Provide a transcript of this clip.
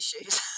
issues